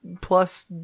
plus